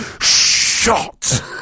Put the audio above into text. Shot